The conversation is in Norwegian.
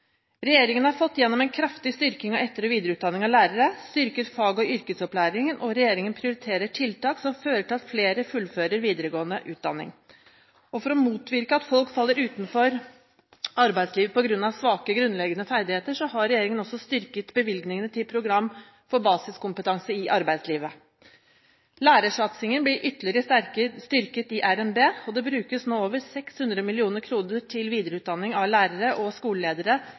Regjeringen har fått gjennom en kraftig styrking av etter- og videreutdanning av lærere, styrket fag- og yrkesopplæringen, og regjeringen prioriterer tiltak som fører til at flere fullfører videregående utdanning. For å motvirke at folk faller utenfor arbeidslivet på grunn av svake grunnleggende ferdigheter, har regjeringen også styrket bevilgningene til program for basiskompetanse i arbeidslivet. Lærersatsingen blir ytterligere styrket i revidert nasjonalbudsjett. Det brukes nå over 600 mill. kr til videreutdanning av lærere og skoleledere